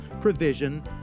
provision